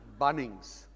Bunnings